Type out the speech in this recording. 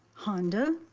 honda,